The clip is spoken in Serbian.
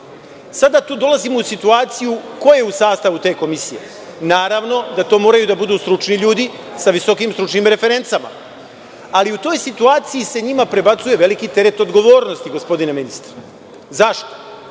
tu dolazimo u situaciju ko je u sastavu te komisije. Naravno da to moraju da budu stručni ljudi sa visokim stručnim referencama. Ali, u toj situaciji se njima prebacuje veliki teret odgovornosti gospodine ministre. Zašto?